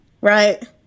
Right